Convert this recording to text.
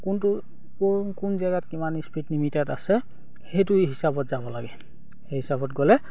কোনটো কোন কোন জেগাত কিমান স্পীড লিমিটেড আছে সেইটো হিচাপত যাব লাগে সেই হিচাপত গ'লে